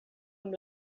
amb